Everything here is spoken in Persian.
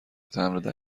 تمبر